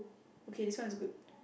okay this one is good